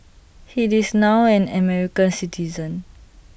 he this now an American citizen